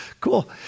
cool